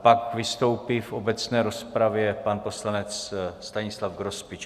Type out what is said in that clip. Pak vystoupí v obecné rozpravě pan poslanec Stanislav Grospič.